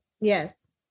Yes